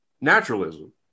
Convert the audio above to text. naturalism